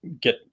get